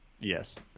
Yes